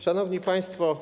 Szanowni Państwo!